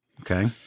Okay